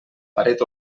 paret